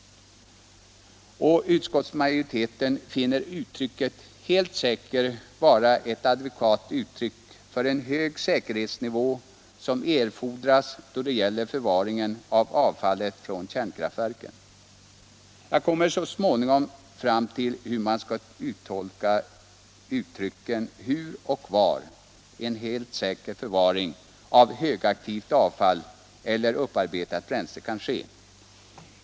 Utskottsmajoriteten finner uttrycket ”helt säker” vara ett adekvat uttryck för den höga säkerhetsnivå som erfordras då det gäller förvaringen av avfaliet från kärnkraftverken. Jag kommer så fram till hur man skall tolka uttrycken ”hur och var” en helt säker förvaring av högaktivt avfall eller upparbetat bränsle kan ske.